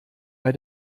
bei